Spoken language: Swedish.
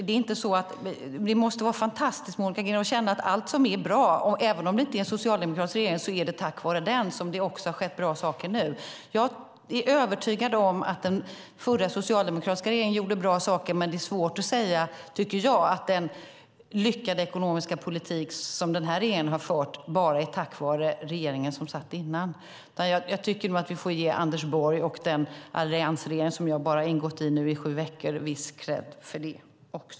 Det måste vara fantastiskt att känna, Monica Green, att även om det inte är en socialdemokratisk regering är det tack vare den som det också sker bra saker nu. Jag är övertygad om att den förra socialdemokratiska regeringen gjorde bra saker. Men det är svårt att säga att den lyckade ekonomiska politik som denna regering har fört bara är lyckad tack vare regeringen som satt innan. Vi får nog ge Anders Borg och den alliansregering som jag nu ingått i bara sju veckor viss kredd för det.